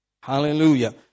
Hallelujah